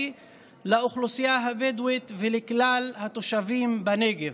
לאוכלוסייה הבדואית ולכלל התושבים בנגב.